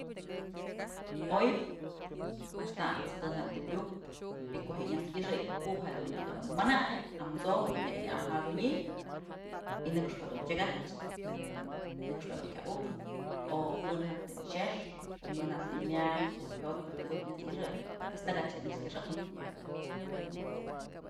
Oy axtam's ën jantëm iukpë y ko'o je'e nyas i'ixëy ku'u jedun nyëkä mayn amso'o jedun nyëkë në amyäjadunyë y nëkxpë dun tyakach nëkxpë dun kya uknë o pën jantëm xëxë pën jantëm myañ ko'o jyot je'e kyudujtë nyas i'ixëy pues takach je'e nëkx kyëxëjnë.